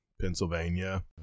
Pennsylvania